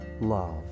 love